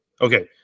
okay